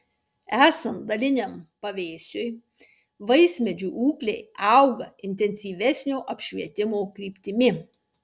esant daliniam pavėsiui vaismedžių ūgliai auga intensyvesnio apšvietimo kryptimi